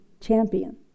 champion